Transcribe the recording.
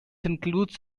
includes